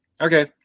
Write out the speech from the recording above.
Okay